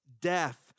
death